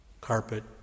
carpet